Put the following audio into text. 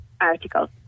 article